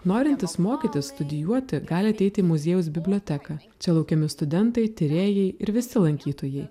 norintys mokytis studijuoti gali ateit į muziejaus biblioteką čia laukiami studentai tyrėjai ir visi lankytojai